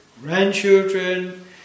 grandchildren